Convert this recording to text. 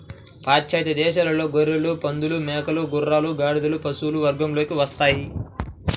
పాశ్చాత్య దేశాలలో గొర్రెలు, పందులు, మేకలు, గుర్రాలు, గాడిదలు పశువుల వర్గంలోకి వస్తాయి